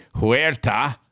Huerta